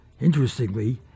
interestingly